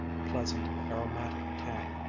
pleasant aromatic tang,